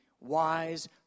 wise